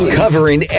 covering